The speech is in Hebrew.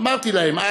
אמרתי להם אז,